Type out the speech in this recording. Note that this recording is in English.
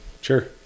Sure